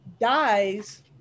dies